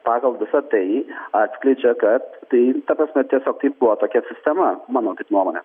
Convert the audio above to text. pagal visa tai atskleidžia kad tai ta prasme tiesiog tai buvo tokia sistema mano nuomone